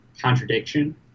contradiction